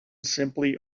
simply